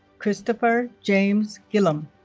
kristapher james gillum